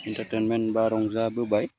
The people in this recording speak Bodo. एन्टारटैइन्टमेन्ट बा रंजाबोबाय